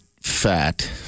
fat